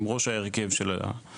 הם ראש ההרכב של הדיינים,